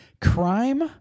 crime